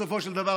בסופו של דבר,